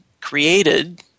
created